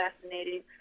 fascinating